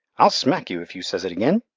i'll smack you if you says it again.